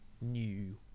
new